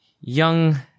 young